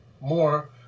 more